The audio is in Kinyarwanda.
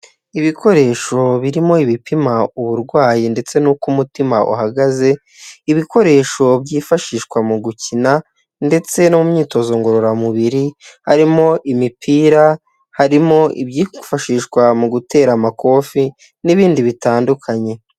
Ibikoresho birimo ibipima uburwayi ndetse n'uko umutima uhagaze, ibikoresho byifashishwa mu gukina ndetse no mu myitozo ngororamubiri harimo imipira harimo ibyifashishwa mu gutera amakofi n'ibindi bitandukanye.